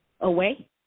away